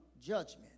judgment